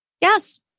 Yes